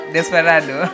Desperado